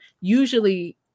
Usually